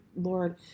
Lord